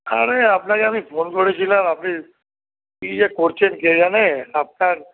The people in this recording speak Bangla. আরে আপনাকে আমি ফোন করেছিলাম আপনি কি যে করছেন কে জানে আপনার